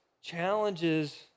challenges